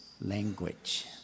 language